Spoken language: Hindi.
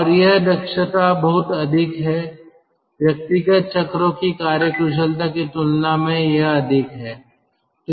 और यह दक्षता बहुत अधिक है व्यक्तिगत चक्रों की कार्यकुशलता की तुलना में यह अधिक है